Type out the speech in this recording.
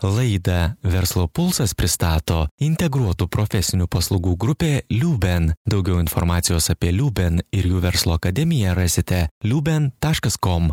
laidą verslo pulsas pristato integruotų profesinių paslaugų grupė liuben daugiau informacijos apie liuben ir jų verslo akademiją rasite liuben taškas kom